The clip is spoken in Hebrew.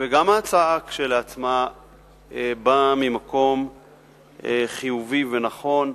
וגם ההצעה כשלעצמה באים ממקום חיובי ונכון,